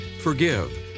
Forgive